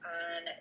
on